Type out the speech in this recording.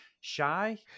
shy